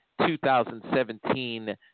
2017